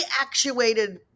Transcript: actuated